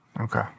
Okay